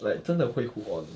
like 真的会 hook on